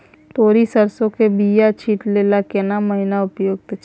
तोरी, सरसो के बीया छींटै लेल केना महीना उपयुक्त छै?